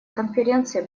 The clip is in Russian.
конференции